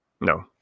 No